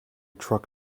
truck